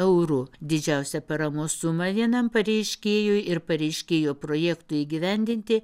eurų didžiausia paramos suma vienam pareiškėjui ir pareiškėjo projektui įgyvendinti